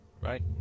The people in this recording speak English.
Right